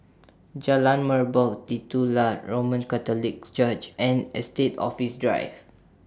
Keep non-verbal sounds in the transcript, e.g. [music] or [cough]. Jalan Merbok Titular Roman Catholic [noise] Church and Estate Office Drive